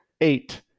eight